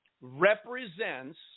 represents